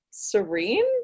serene